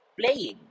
playing